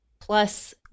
plus